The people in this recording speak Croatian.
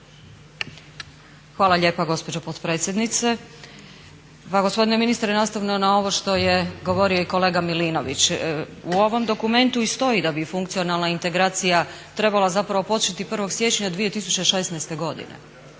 Hvala lijepa gospođo potpredsjednice. Pa gospodine ministre nastavno na ovo što je govorio i kolega Milinović, u ovom dokumentu i stoji da bi funkcionalna integracija trebala zapravo početi 1. siječnja 2016. godine.